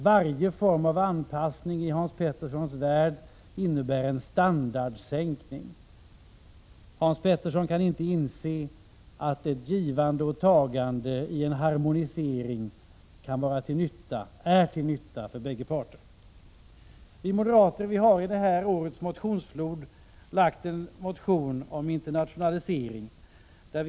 Varje form av anpassning i Hans Peterssons värld innebär en standardsänkning. Hans Petersson kan inte inse att ett givande och tagande i harmonisering är till nytta för alla parter. När det gäller årets motionsflod har vi moderater väckt en motion om just internationaliseringen.